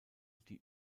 die